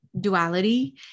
Duality